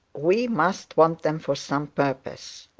we must want them for some purpose.